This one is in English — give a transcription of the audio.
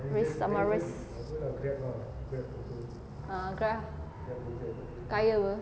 risk ah my risk ah grab ah kaya [pe]